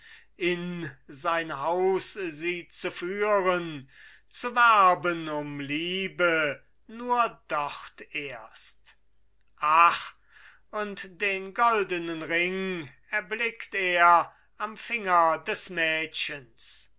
in sein haus sie zu führen zu werben um liebe nur dort erst ach und den goldenen ring erblickt er am finger des mädchens